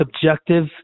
subjective